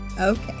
okay